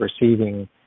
receiving